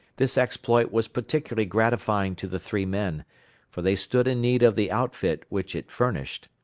this exploit was particularly gratifying to the three men for they stood in need of the outfit which it furnished,